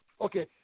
Okay